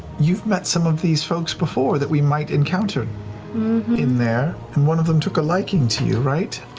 you've met some of these folks before that we might encounter in there, and one of them took a liking to you, right?